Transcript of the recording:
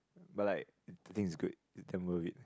but like the things is good damn worth it